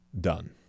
done